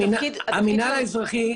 המינהל האזרחי,